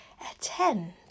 attend